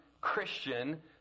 christian